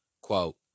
Quote